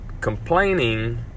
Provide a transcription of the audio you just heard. complaining